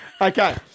Okay